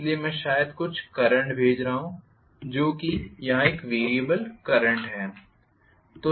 इसलिए मैं शायद कुछ करंट भेज रहा हूं जो कि यहां वैरिएबल करंट है